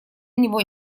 него